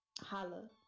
holla